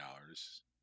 dollars